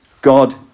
God